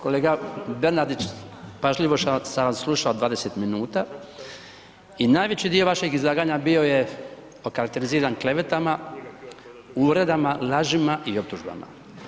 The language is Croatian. Kolega Bernardić, pažljivo sam vas slušao 20 minuta i najveći dio vašeg izlaganja bio je okarakteriziran klevetama, uvredama, lažima i optužbama.